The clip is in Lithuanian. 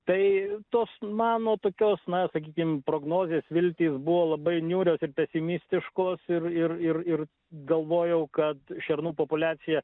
tai tos mano tokios na sakykim prognozės viltys buvo labai niūrios ir pesimistiškos ir ir ir ir galvojau kad šernų populiacija